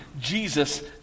Jesus